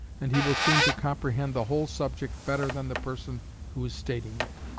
and he will seem to comprehend the whole subject better than the person who is stating it.